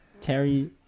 Terry